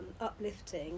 uplifting